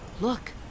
Look